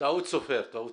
טעות סופר.